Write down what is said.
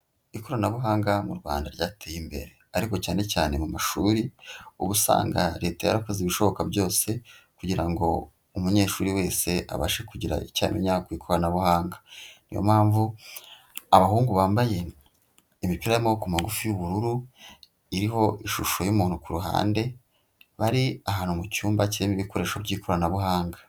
Ikoranabuhanga mu Rwanda ryateye imbere ariko cyane cyane mu mashuri uba usanga leta yarakoze ibishoboka byose kugira ngo umunyeshuri wese abashe kugira icyo amenya ku ikoranabuhanga, niyo mpamvu abahungu bambaye imipira y'amaboko magufi y'ubururu iriho ishusho y'umuntu ku ruhande bari ahantu mu cyumba kirimo ibikoresho by'ikoranabuhanga.